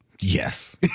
Yes